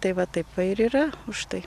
tai va taip ir yra už tai